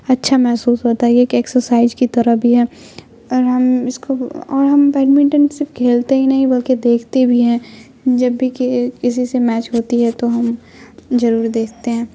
اچھا محسوس ہوتا ہے یہ کہ ایک ایکسرسائز کی طرح بھی ہے اور ہم اس کو اور ہم بیڈمنٹن صرف کھیلتے ہی نہیں بلکہ دیکھتے بھی ہیں جب بھی کہ کسی سے میچ ہوتی ہے تو ہم ضرور دیکھتے ہیں